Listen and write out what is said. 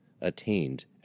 attained